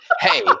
hey